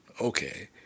okay